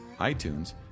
iTunes